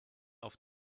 auf